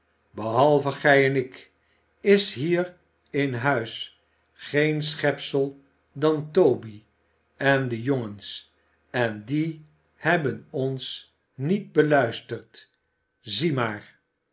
behalve gij en ik is hier in huis geen schepsel dan toby en de jongens en d i e hebben ons niet beluisterd zie maar